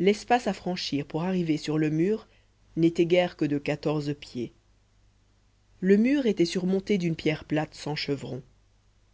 l'espace à franchir pour arriver sur le mur n'était guère que de quatorze pieds le mur était surmonté d'une pierre plate sans chevron